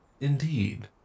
Indeed